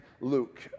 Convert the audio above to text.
luke